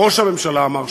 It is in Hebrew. ראש הממשלה אמר,